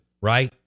right